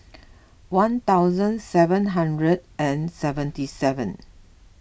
one thousand seven hundred and seventy seven